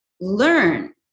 Learn